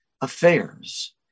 affairs